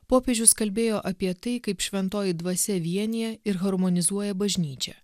popiežius kalbėjo apie tai kaip šventoji dvasia vienija ir harmonizuoja bažnyčią